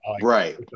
right